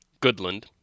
Goodland